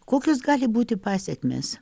kokios gali būti pasekmės